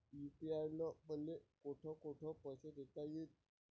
UPI न मले कोठ कोठ पैसे देता येईन?